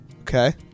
Okay